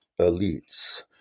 elites